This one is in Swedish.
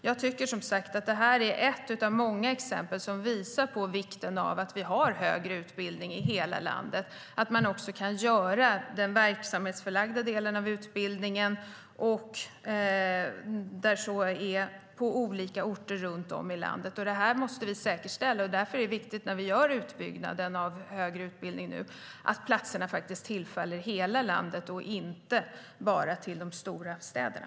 Jag tycker som sagt att detta är ett av många exempel som visar på vikten av att det finns högre utbildning i hela landet och att den verksamhetsförlagda delen av utbildningen kan göras på olika orter runt om i landet. Detta måste vi säkerställa. Därför är det viktigt när vi nu bygger ut den högre utbildningen att platserna tillfaller hela landet och inte bara de stora städerna.